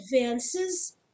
advances